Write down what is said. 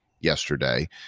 yesterday